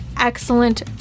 excellent